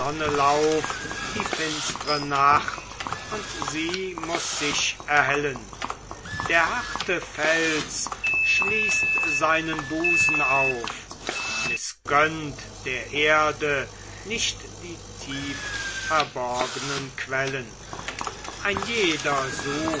lauf die finstre nacht und sie muß sich erhellen der harte fels schließt seinen busen auf mißgönnt der erde nicht die tiefverborgnen quellen ein jeder